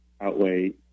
outweigh